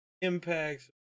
impacts